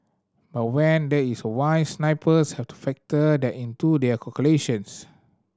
but when there is wind snipers have to factor that into their calculations